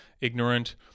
ignorant